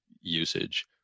usage